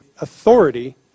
Authority